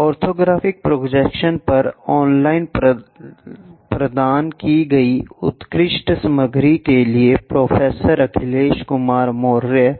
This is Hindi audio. ऑर्थोग्राफिक प्रोजेक्शन पर ऑनलाइन प्रदान की गई उत्कृष्ट सामग्री के लिए प्रोफेसर अखिलेश कुमार मौर्य